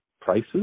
prices